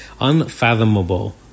unfathomable